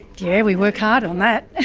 yeah, we work hard on that!